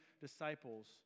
disciples